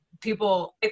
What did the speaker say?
people